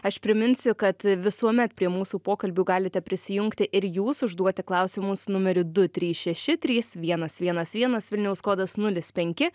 aš priminsiu kad visuomet prie mūsų pokalbių galite prisijungti ir jūs užduoti klausimus numeriu du trys šeši trys vienas vienas vienas vilniaus kodas nulis penki